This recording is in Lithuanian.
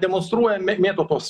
demonstruoja me mėto tuos